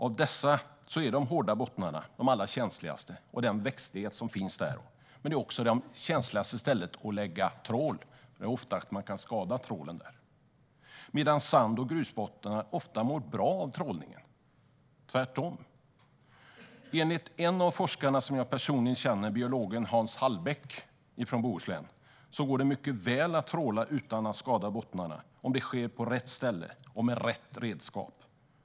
Av dessa är de hårda bottnarna de allra känsligaste - och den växtlighet som finns där. Men det är också det känsligaste stället att lägga trål. Man kan skada trålen där. Sand och grusbottnarna mår tvärtom ofta bra av trålningen. Enligt en av forskarna, som jag personligen känner, biologen Hans Hallbäck från Bohuslän, går det mycket väl att tråla utan att skada bottnarna om det sker på rätt ställe och med rätt redskap.